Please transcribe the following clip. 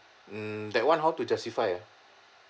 mm that one how to justify ah